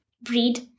breed